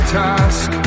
task